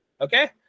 okay